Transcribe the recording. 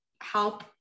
help